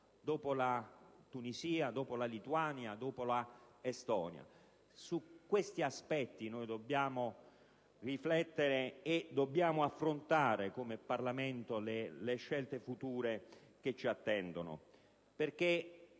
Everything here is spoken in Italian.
dopo la Tunisia, la Lituania e l'Estonia. Su questi aspetti dobbiamo riflettere e affrontare come Parlamento le scelte future che ci attendono. Lo